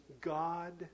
God